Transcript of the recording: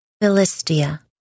Philistia